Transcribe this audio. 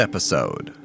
Episode